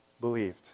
believed